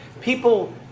people